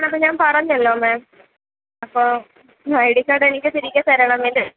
അന്ന് ഞാൻ പറഞ്ഞല്ലോ മേം അപ്പോൾ ഐ ഡി കാർഡെനിക്ക് തിരികെ തരണം എൻ്റെ